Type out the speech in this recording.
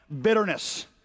bitterness